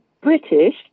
British